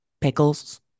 pickles